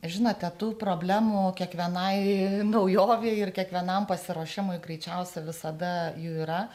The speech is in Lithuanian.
žinote tų problemų kiekvienai naujovei ir kiekvienam pasiruošimui greičiausiai visada jų yra